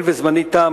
הואיל וזמני תם,